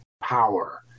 power